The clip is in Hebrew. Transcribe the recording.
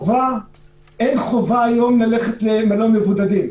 אין חובה היום ללכת למלון מבודדים.